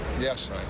Yes